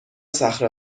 صخره